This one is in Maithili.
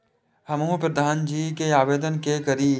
हमू प्रधान जी के आवेदन के करी?